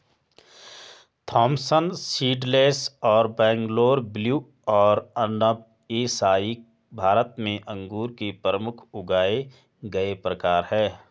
Thompson seedless और Bangalore blue और अनब ए शाही भारत में अंगूर के प्रमुख उगाए गए प्रकार हैं